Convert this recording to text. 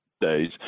days